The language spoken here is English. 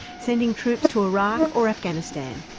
sending troops to iraq or afghanistan,